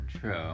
true